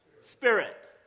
Spirit